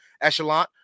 echelon